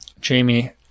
Jamie